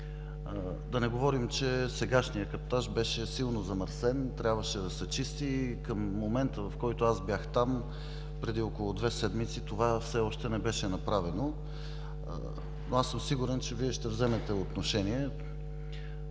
да не говорим, че сегашният каптаж беше силно замърсен, трябваше да се чисти. В момента, в който бях там – преди около две седмици, това все още не беше направено. Сигурен съм, че Вие ще вземете отношение.